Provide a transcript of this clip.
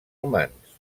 humans